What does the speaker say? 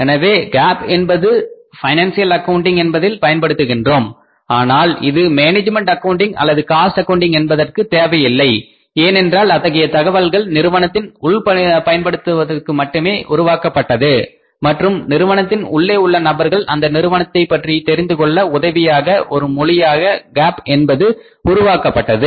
எனவே GAAP என்பதை financial accounting என்பதில் பயன்படுத்துகின்றோம் ஆனால் இது மேனேஜ்மென்ட் அக்கவுண்டிங் அல்லது காஸ்ட் அக்கவுன்டிங் என்பதற்கு தேவையில்லை ஏனென்றால் அத்தகைய தகவல்கள் நிறுவனத்தின் உள்பயன்பாட்டுக்கு மட்டுமே உருவாக்கப்பட்டது மற்றும் நிறுவனத்தின் உள்ளே உள்ள நபர்கள் அந்த நிறுவனத்தைப் பற்றி தெரிந்துகொள்ள உதவியாக ஒரு மொழியாக GAAP என்பது உருவாக்கப்பட்டது